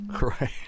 Right